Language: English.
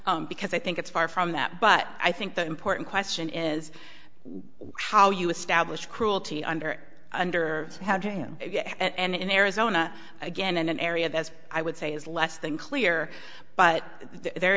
because i think it's far from that but i think the important question is how you establish cruelty under under and in arizona again an area that i would say is less than clear but there